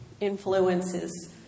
influences